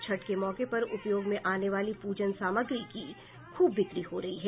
छठ के मौके पर उपयोग में आने वाली पूजन सामग्री की खूब बिक्री हो रही है